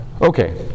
Okay